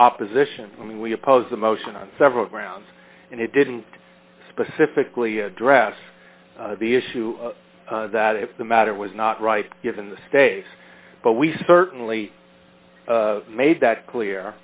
opposition we oppose the motion on several grounds and it didn't specifically address the issue that if the matter was not right given the state but we certainly made that clear